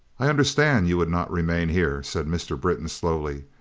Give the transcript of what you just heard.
i understand you would not remain here, said mr. britton slowly,